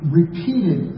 repeated